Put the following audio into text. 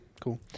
Cool